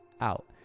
out